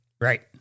Right